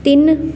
ਤਿੰਨ